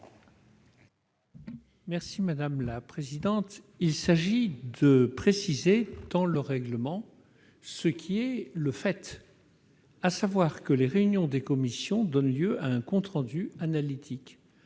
M. Jean-Pierre Sueur. Il s'agit de préciser dans le règlement ce qui est déjà un fait, à savoir que les réunions des commissions donnent lieu à un compte rendu analytique.